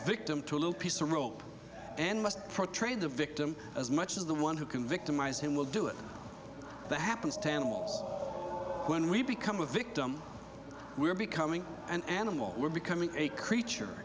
victim to a little piece of rope and must pro trade the victim as much as the one who can victimize him will do it the happens to animals when we become a victim we're becoming an animal we're becoming a creature